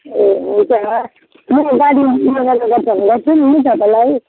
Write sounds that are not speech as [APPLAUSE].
ए हुन्छ म गाडीमा [UNINTELLIGIBLE] गर्छ भने गर्छु नि तपाईँलाई